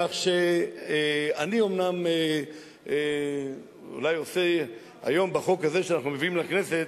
כך שאני אומנם אולי עושה היום בחוק הזה שאנחנו מביאים לכנסת,